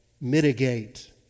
mitigate